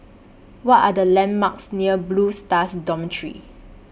What Are The landmarks near Blue Stars Dormitory